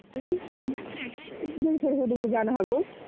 बै एसे दैफोर होदोंबो जानो हागौ